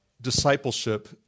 discipleship